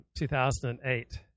2008